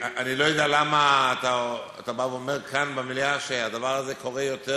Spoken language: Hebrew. אני לא יודע למה אתה בא ואומר כאן במליאה שהדבר הזה קורה יותר